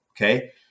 okay